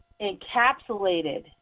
encapsulated